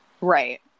Right